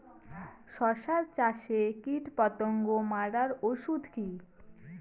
শসা চাষে কীটপতঙ্গ মারার ওষুধ কি?